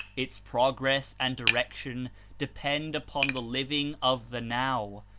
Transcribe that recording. its prog ress and direction depend upon the living of the now,